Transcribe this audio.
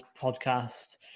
podcast